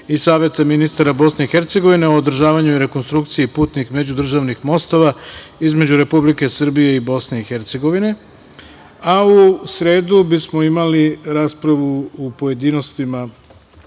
i Saveta ministara Bosne i Hercegovine o održavanju i rekonstrukciji putnih međudržavnih mostova između Republike Srbije i Bosne i Hercegovine, a u sredu bismo imali raspravu u pojedinostima